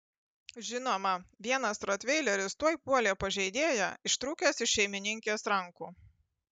žinoma vienas rotveileris tuoj puolė pažeidėją ištrūkęs iš šeimininkės rankų